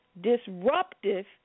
disruptive